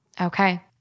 Okay